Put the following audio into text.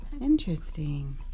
Interesting